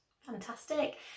Fantastic